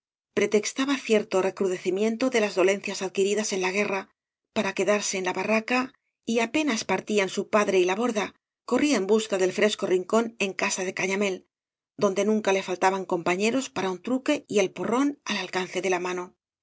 pretextaba cierto recrudecimiento de las dolencias adquiridas en la guerra para quedarse en la barraca y apenas partían su padre y la borda corría en busca del fresco rincón en casa de cañamél donde nunca le faltaban compañeros para un truque y el porrón al alcance de la mano